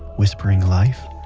whispering life,